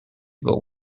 but